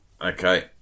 Okay